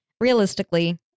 realistically